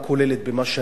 במה שאני אומר,